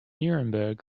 nuremberg